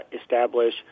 establish